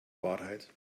wahrheit